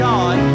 God